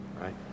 right